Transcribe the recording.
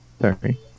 Sorry